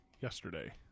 yesterday